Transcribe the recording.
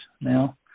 now